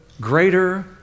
greater